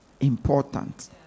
important